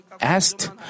asked